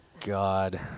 God